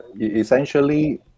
essentially